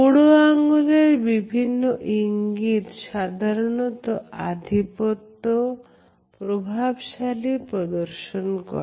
বুড়ো আঙ্গুলের বিভিন্ন ইঙ্গিত সাধারণত আধিপত্য প্রভাবশালী প্রদর্শন করে